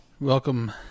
Welcome